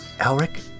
Alric